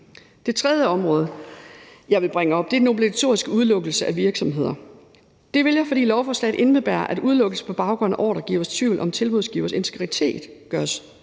Det tredje område, jeg vil bringe op, er den obligatoriske udelukkelse af virksomheder. Det vil jeg, fordi lovforslaget indebærer, at udelukkelse på baggrund af ordregivers tvivl om tilbudsgivers integritet gøres